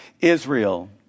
Israel